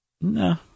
No